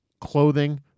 clothing